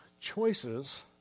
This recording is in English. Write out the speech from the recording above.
choices